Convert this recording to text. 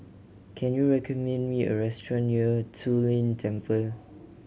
can you recommend me a restaurant near Zu Lin Temple